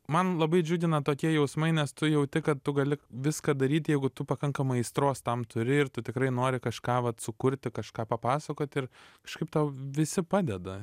man labai džiugina tokie jausmai nes tu jauti kad tu gali viską daryt jeigu tu pakankamai aistros tam turi ir tu tikrai nori kažką vat sukurti kažką papasakot ir kažkaip tau visi padeda